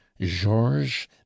georges